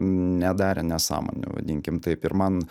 nedarė nesąmonių vadinkim taip ir man